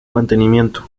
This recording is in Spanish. mantenimiento